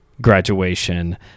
graduation